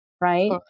right